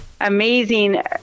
amazing